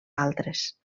altres